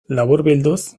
laburbilduz